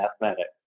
mathematics